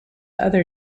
other